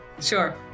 Sure